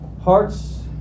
hearts